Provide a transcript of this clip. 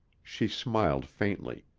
she smiled faintly.